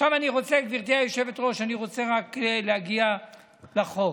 עכשיו, גברתי היושבת-ראש, אני רוצה רק להגיע לחוק.